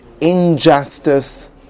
injustice